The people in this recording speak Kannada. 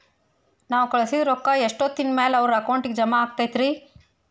ನಾವು ಕಳಿಸಿದ್ ರೊಕ್ಕ ಎಷ್ಟೋತ್ತಿನ ಮ್ಯಾಲೆ ಅವರ ಅಕೌಂಟಗ್ ಜಮಾ ಆಕ್ಕೈತ್ರಿ?